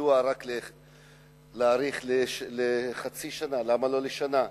מדוע להאריך רק בחצי שנה, למה לא בשנה?